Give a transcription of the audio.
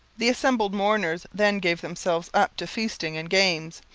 the assembled mourners then gave themselves up to feasting and games,